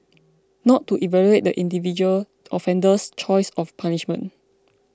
not to evaluate the individual offender's choice of punishment